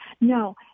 No